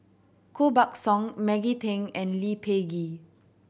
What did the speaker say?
Koh Buck Song Maggie Teng and Lee Peh Gee